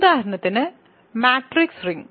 ഉദാഹരണത്തിന് matrix ring